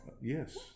yes